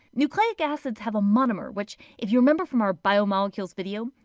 nucleic acids have a monomer which if you remember from our biomolecules video,